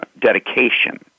Dedication